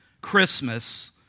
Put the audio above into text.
Christmas